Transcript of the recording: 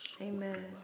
Amen